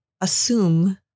assume